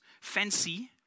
Fancy